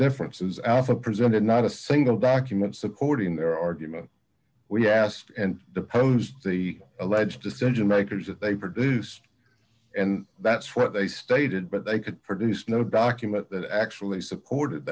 differences after presented not a single document supporting their argument we asked and posed the alleged decision makers that they produced and that's what they stated but they could produce no document that actually supported